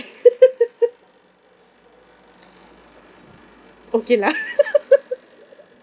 okay lah